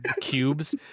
cubes